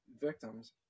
victims